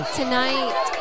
tonight